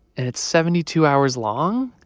and it's seventy two hours long.